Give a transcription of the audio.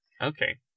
Okay